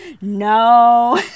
no